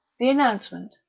the announcement,